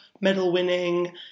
medal-winning